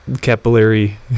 capillary